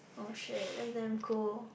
oh shit that's damn cool